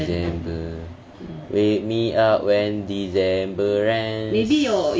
december wake me up when december ends